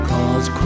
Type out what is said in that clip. Cause